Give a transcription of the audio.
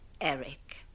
Eric